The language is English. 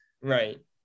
Right